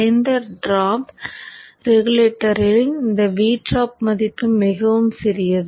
குறைந்த டிராப் ரெகுலேட்டரில் இந்த V டிராப் மதிப்பு மிகவும் சிறியது